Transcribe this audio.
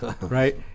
right